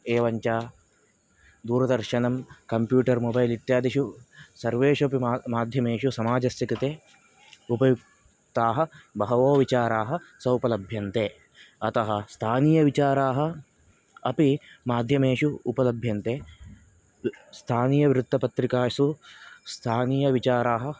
एवञ्च दूरदर्शनं computer mobile इत्यादिषु सर्वेषु अपि मा माध्यमेषु समाजस्य कृते उपयुक्ताः बहवो विचाराः स्वोपलभ्यन्ते अतः स्थानीयविचाराः अपि माध्यमेषु उपलभ्यन्ते स् स्थानीय वृत्तपत्रिकासु स्थानीयविचाराः